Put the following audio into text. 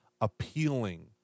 appealing